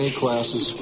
classes